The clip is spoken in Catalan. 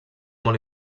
molt